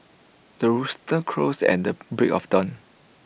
the rooster crows at the break of dawn